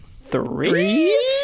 three